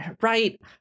Right